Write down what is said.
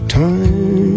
time